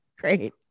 Great